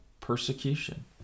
persecution